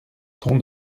ton